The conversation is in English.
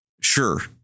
sure